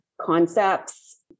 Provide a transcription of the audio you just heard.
concepts